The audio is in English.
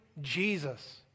Jesus